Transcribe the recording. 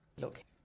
Look